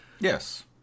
Yes